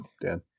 Dan